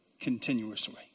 continuously